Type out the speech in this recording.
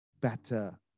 better